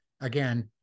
Again